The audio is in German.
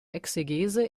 exegese